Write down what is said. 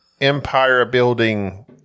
empire-building